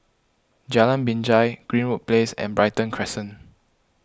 Jalan Binjai Greenwood Place and Brighton Crescent